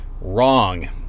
wrong